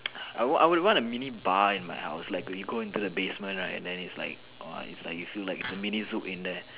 I I would want a mini bar in my house like when you go into the basement right and then is like !wow! is like you feel like a mini Zouk in there